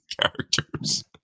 Characters